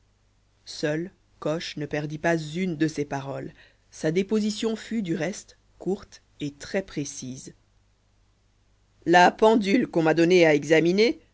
seul coche ne perdit pas une de ses paroles sa déposition fut du reste courte et très précise la pendule qu'on m'a donnée à examiner